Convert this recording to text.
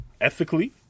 Ethically